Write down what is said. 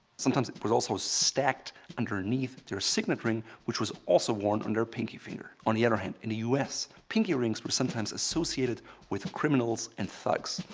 sometimes, it was also stacked underneath their signet ring which was also worn on their pinky finger. on the other hand, in the us, pinky rings were sometimes associated with criminals and thugs.